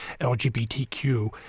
LGBTQ